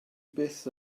byth